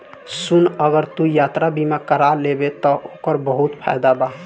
सुन अगर तू यात्रा बीमा कारा लेबे त ओकर बहुत फायदा बा